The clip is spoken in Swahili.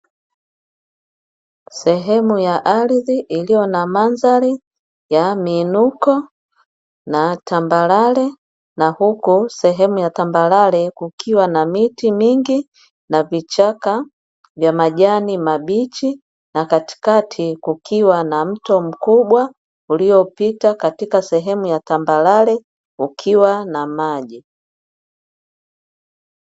Sehemu ya ardhi iliyo na mandhari ya miinuko na tambarare na huko sehemu ya tambarare kukiwa na miti mingi na vichaka vya majani mabichi, na katikati kukiwa na mto mkubwa uliopita katika sehemu ya tambarare ukiwa na maji.